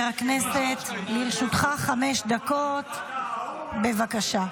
הכנסת, לרשותך חמש דקות, בבקשה.